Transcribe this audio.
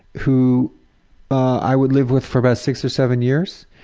who i would live with for about six or seven years.